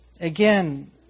again